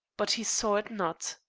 but he saw it not.